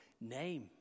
name